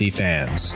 fans